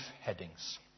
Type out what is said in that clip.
headings